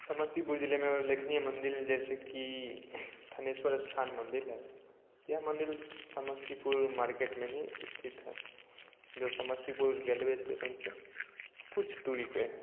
समस्तीपुर ज़िले में उल्लेखनीय मंदिर हैं जैसे कि थानेश्वर स्थान मंदिर है यह मंदिर समस्तीपुर मार्केट में ही स्थित है जो समस्तीपुर रेलवे स्टेसन से कुछ दूरी पे है